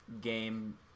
game